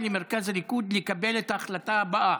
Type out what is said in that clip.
למרכז הליכוד לקבל את ההחלטה הבאה: